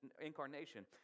incarnation